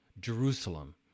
Jerusalem